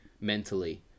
mentally